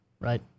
Right